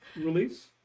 release